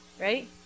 Right